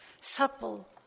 supple